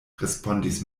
respondis